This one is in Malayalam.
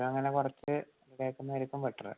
അങ്ങനെ കുറച്ച് ഇടുന്നയായിരിക്കും ബെറ്ററ്